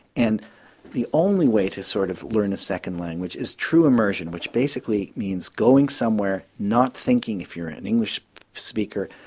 and the only way to sort of learn a second language is true emersion which basically means going somewhere, not thinking if you're an english speaker,